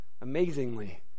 amazingly